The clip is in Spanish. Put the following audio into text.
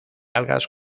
algas